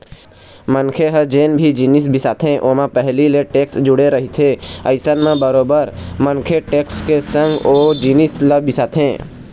मनखे ह जेन भी जिनिस बिसाथे ओमा पहिली ले टेक्स जुड़े रहिथे अइसन म बरोबर मनखे टेक्स के संग ओ जिनिस ल बिसाथे